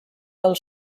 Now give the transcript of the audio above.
del